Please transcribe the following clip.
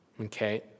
Okay